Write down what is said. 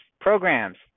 programs